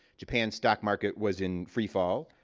japan's stock market was in free fall.